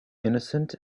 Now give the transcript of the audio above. innocent